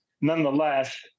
nonetheless